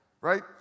right